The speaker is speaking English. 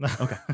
Okay